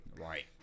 Right